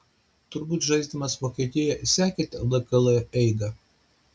turbūt žaisdamas vokietijoje sekėte lkl eigą